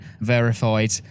verified